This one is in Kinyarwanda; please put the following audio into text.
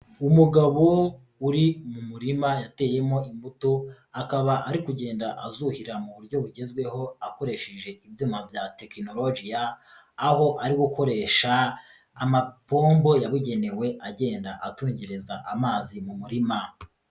Umugabo uri mu murima yateyemo imbuto, akaba ari kugenda azuhira mu buryo bugezweho akoresheje ibyuma bya tekinonorogiya, aho ari gukoresha amapombo yabugenewe agenda atungereza amazi mu murima.